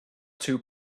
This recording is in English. two